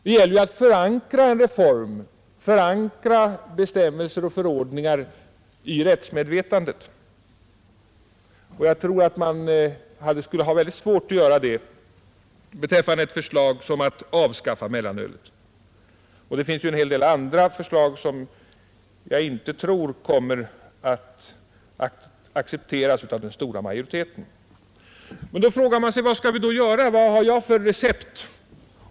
Det gäller ju att förankra bestämmelser och förordningar i rättsmedvetandet, och jag tror att man skulle ha mycket svårt att göra det när det gäller ett förslag om avskaffande av mellanölet. Det finns en hel del andra förslag som jag inte tror kommer att accepteras av den stora majoriteten. Man frågar sig då vad vi skall göra, vad vi har för recept.